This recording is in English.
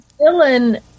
Dylan